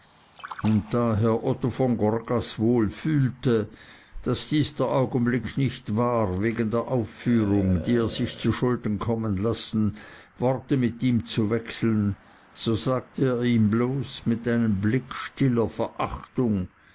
und da herr otto von gorgas wohl fühlte daß dies der augenblick nicht war wegen der aufführung die er sich zuschulden kommen lasse worte mit ihm zu wechseln so sagte er ihm bloß mit einem blick stiller verachtung